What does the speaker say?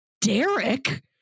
derek